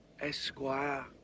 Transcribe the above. esquire